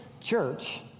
church